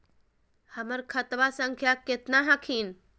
हमर खतवा संख्या केतना हखिन?